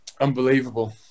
unbelievable